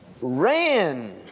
ran